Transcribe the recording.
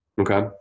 okay